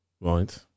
Right